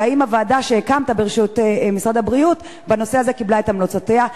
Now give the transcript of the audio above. והאם הוועדה שהקמת בראשות משרד הבריאות בנושא הזה קיבלה את המלצותיה,